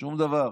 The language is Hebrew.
שום דבר.